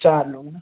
चार लोग